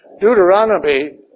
Deuteronomy